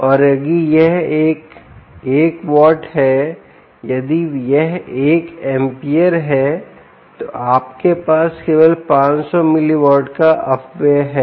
और अगर यह एक वॉट है यदि यह 1 amp है तो आपके पास केवल 500 मिल वॉट का अपव्यय है